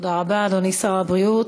תודה רבה, אדוני שר הבריאות.